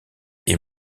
est